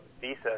Visa